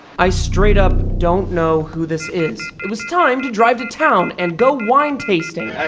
i, straight up, don't know who this is. it was time to drive to town and go wine tasting.